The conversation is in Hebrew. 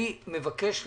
אני מבקש לדעת,